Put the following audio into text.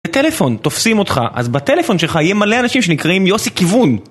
בטלפון תופסים אותך, אז בטלפון שלך יהיה מלא אנשים שנקראים יוסי כיוון